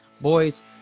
Boys